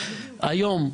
היום,